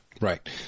Right